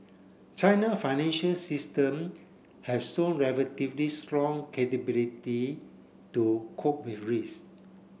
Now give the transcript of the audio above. China financial system has shown relatively strong capability to cope with risk